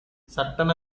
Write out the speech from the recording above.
சட்டென